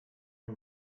who